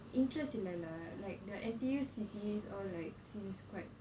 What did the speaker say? interest இல்ல:illa lah like N_T_U C_C_A all like seems quite